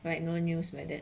alright no news weather